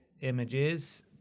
Images